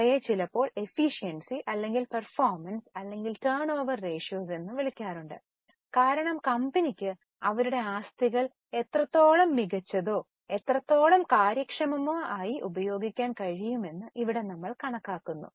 അവയെ ചിലപ്പോൾ എഫിഷ്യൻസി അല്ലെങ്കിൽ പെർഫോമൻസ് അല്ലെങ്കിൽ ടേൺഓവർ റേഷ്യോസ് എന്നും വിളിക്കാറുണ്ട് കാരണം കമ്പനിക്ക് അവരുടെ ആസ്തികൾ എത്രത്തോളം മികച്ചതോ എത്രത്തോളം കാര്യക്ഷമമോ ഉപയോഗിക്കാൻ കഴിയുമെന്ന് ഇവിടെ നമ്മൾ കണക്കാക്കുന്നു